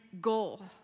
goal